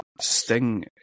Sting